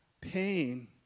pain